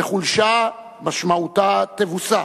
וחולשה משמעותה תבוסה,